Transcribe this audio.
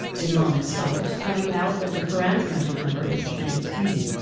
islamic scholars point out that the qur'an's magic number is nineteen.